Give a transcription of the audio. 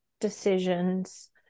decisions